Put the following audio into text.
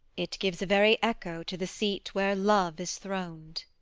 it gives a very echo to the seat where love is thron'd.